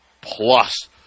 plus